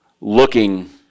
looking